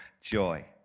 joy